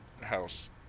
house